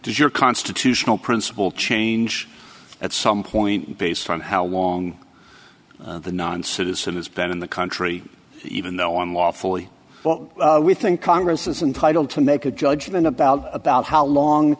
does your constitutional principle change at some point based on how long the non citizen has been in the country even though on lawfully we think congress is entitle to make a judgment about about how long